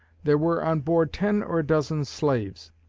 there were on board ten or a dozen slaves,